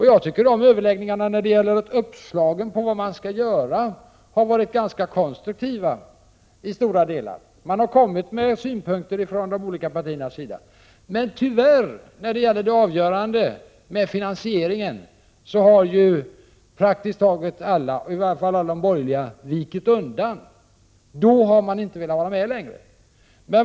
Jag tycker att de överläggningarna har varit ganska konstruktiva när det gäller att få uppslag till vad man skall göra. Man har från de olika partiernas sida kommit med synpunkter på det. Men när det gäller det avgörande — finansieringen — har tyvärr praktiskt taget alla, i varje fall alla de borgerliga, partierna vikit undan. Då har man inte velat vara med längre.